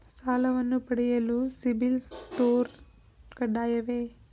ಸಾಲವನ್ನು ಪಡೆಯಲು ಸಿಬಿಲ್ ಸ್ಕೋರ್ ಕಡ್ಡಾಯವೇ?